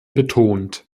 betont